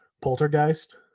Poltergeist